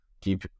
keep